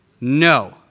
no